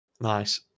Nice